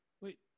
Wait